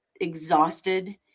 exhausted